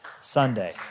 Sunday